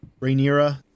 Rhaenyra